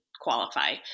qualify